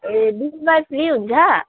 ए बिहीवार फ्री हुन्छ